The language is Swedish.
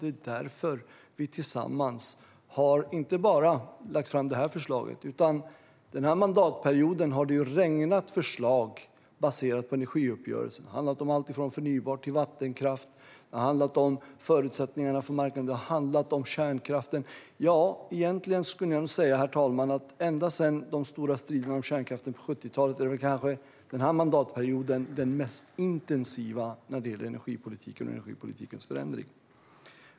Det är därför vi tillsammans har lagt fram inte bara det här förslaget - den här mandatperioden har det ju regnat förslag baserat på energiuppgörelsen. Det har handlat om alltifrån förnybart till vattenkraft, om förutsättningarna för marknaden och om kärnkraften. Ja, herr talman, egentligen skulle jag nog säga att sedan de stora striderna om kärnkraften på 70-talet är den här mandatperioden kanske den mest intensiva när det gäller energipolitiken och dess förändring.